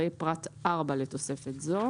ראה פרט 4 לתוספת זו".